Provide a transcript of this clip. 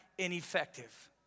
ineffective